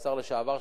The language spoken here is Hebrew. השר לשעבר שטרית,